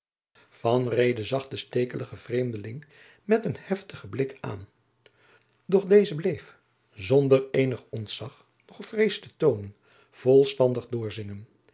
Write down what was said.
zag den stekeligen vreemdeling met een heftigen blik aan doch deze bleef zonder eenig ontzag noch vrees te toonen volstandig doorzingen